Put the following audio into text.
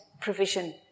provision